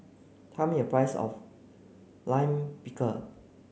tell me the price of Lime Pickle